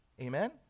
amen